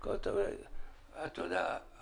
אתה יודע,